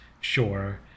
sure